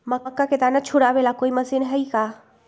मक्का के दाना छुराबे ला कोई मशीन हई का?